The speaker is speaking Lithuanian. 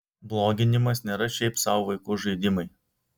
bloginimas nėra šiaip sau vaikų žaidimai